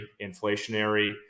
inflationary